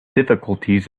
difficulties